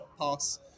pass